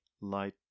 Light